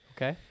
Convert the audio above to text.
Okay